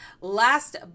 last